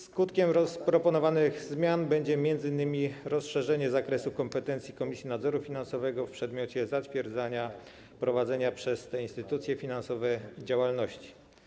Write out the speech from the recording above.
Skutkiem proponowanych zmian będzie m.in. rozszerzenie zakresu kompetencji Komisji Nadzoru Finansowego w przedmiocie zatwierdzania prowadzenia przez te instytucje finansowe działalności.